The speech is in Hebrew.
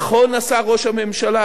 נכון עשה ראש הממשלה